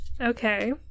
Okay